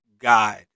God